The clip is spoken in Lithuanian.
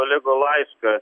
olego laišką